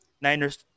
Niners